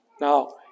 Now